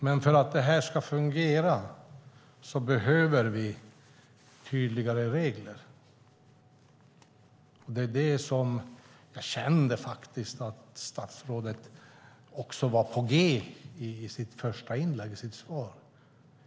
Men för att det ska fungera behöver vi tydligare regler. Jag kände faktiskt att statsrådet också var på g i sitt svar.